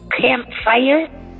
campfire